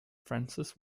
francis